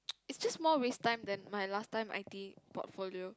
it's just more waste time than my last time i_t portfolio